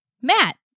Matt